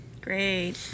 Great